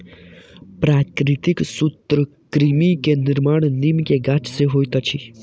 प्राकृतिक सूत्रकृमि के निर्माण नीम के गाछ से होइत अछि